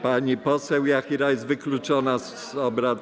Pani poseł Jachira jest wykluczona z obrad.